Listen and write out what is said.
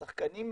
השחקנים,